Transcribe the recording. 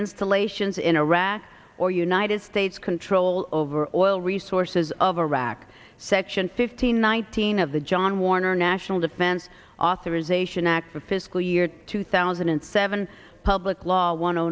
installations in iraq or united states control over oil resources of iraq section fifteen nineteen of the john warner national defense authorization act for fiscal year two thousand and seven public law one o